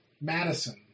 Madison